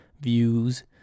views